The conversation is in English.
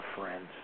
friends